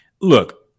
look